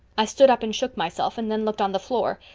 i stood up and shook myself, and then looked on the floor.